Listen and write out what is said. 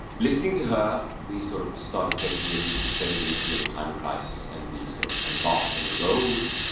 listening to her, we sort of started taking in the sustainability and the climate crisis, and we sort of embarked on a road,